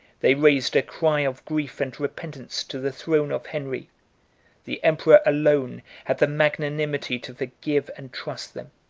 they raised a cry of grief and repentance to the throne of henry the emperor alone had the magnanimity to forgive and trust them.